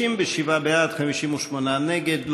57 בעד, 58 נגד.